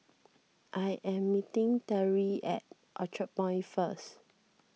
I am meeting Teri at Orchard Point first